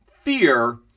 fear